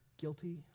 guilty